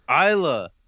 isla